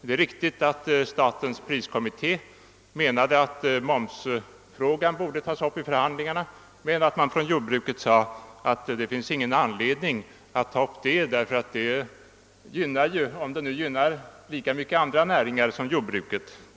Det är riktigt att statens priskommitté ansåg att frågan om moms borde tas upp i förhandlingarna, men att jordbrukets förhandlare sade att det inte finns någon principiell anledning att göra det, eftersom momsen gynnar andra näringar lika mycket som jordbruket.